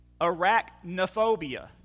Arachnophobia